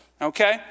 okay